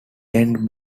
lent